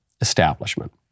establishment